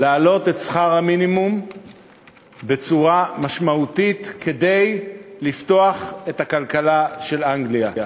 להעלות את שכר המינימום בצורה משמעותית כדי לפתוח את הכלכלה של אנגליה.